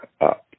up